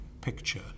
picture